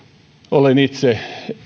olen itse